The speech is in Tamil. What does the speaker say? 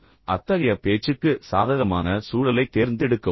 இப்போது அத்தகைய பேச்சுக்கு சாதகமான சூழலைத் தேர்ந்தெடுக்கவும்